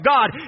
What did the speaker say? God